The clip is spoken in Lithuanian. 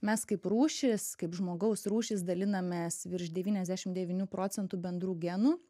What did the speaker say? mes kaip rūšis kaip žmogaus rūšis dalinamės virš devyniasdešimt devynių procentų bendrų genų